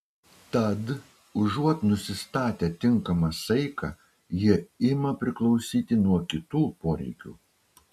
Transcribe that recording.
tad užuot nusistatę tinkamą saiką jie ima priklausyti nuo kitų poreikių